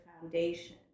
Foundation